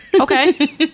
Okay